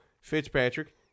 Fitzpatrick